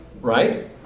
Right